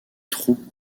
troupes